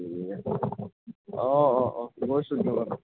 ঠিক আছে অ অ অ অ গৈছোঁঁ দিয়ক আমি